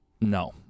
No